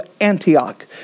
Antioch